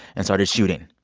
and started shooting.